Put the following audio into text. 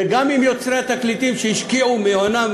וגם יוצרי התקליטים שהשקיעו מהונם,